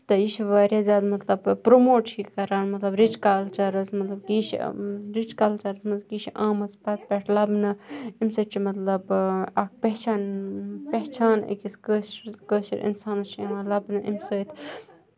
تہٕ یہِ چھُ واریاہ زیادٕ مطلب پراموٹ چھُ یہِ کران مطلب رِچ کَلچَرَس مطلب کہِ یہِ چھُ رِچ کَلچرَس منٛز کہِ یہِ چھُ آمٕژ اَتھ پٮ۪ٹھ لَبنہٕاَمہِ سۭتۍ چھُ مطلب اکھ پیشن پہچان أکِس کٲشرِس کٲشُر اِنسانَس چھُ یِوان اَمہِ سۭتۍ